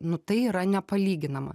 nu tai yra nepalyginama